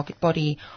Body